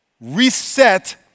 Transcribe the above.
Reset